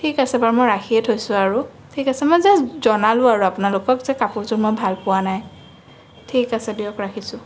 ঠিক আছে বাৰু মই ৰাখিয়ে থৈছোঁ আৰু ঠিক আছে মই জাষ্ট জনালো আৰু আপোনালোকক যে কাপোৰযোৰ মই ভালপোৱা নাই ঠিক আছে দিয়ক ৰাখিছোঁ